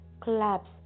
collapse